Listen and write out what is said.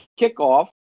kickoff